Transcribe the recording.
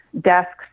desks